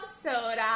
soda